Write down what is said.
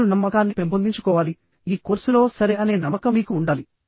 మీరు నమ్మకాన్ని పెంపొందించుకోవాలి ఈ కోర్సులో సరే అనే నమ్మకం మీకు ఉండాలి